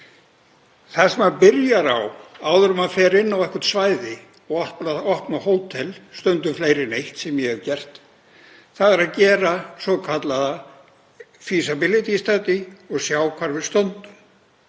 Það sem maður byrjar á að gera áður en maður fer inn á eitthvert svæði og opnar hótel — stundum fleiri en eitt, sem ég hef gert — er að gera svokallaða „feasibility study“ og sjá hvar við stöndum.